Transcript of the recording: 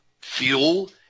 Fuel